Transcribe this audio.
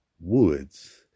Woods